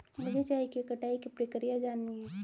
मुझे चाय की कटाई की प्रक्रिया जाननी है